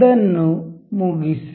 ಅದನ್ನು ಮುಗಿಸಿ